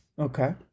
Okay